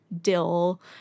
dill